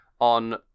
on